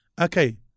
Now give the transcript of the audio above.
okay